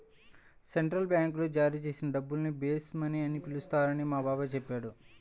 central బ్యాంకులు జారీ చేసే డబ్బుల్ని బేస్ మనీ అని పిలుస్తారని మా బాబాయి చెప్పాడు